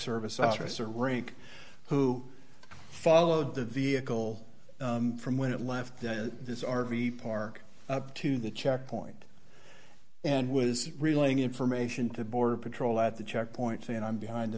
service officer rank who followed the vehicle from when it left this r v park up to the checkpoint and was relaying information to border patrol at the checkpoint and i'm behind